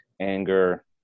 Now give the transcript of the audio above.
anger